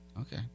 Okay